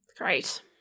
Great